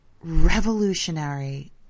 revolutionary